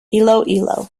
iloilo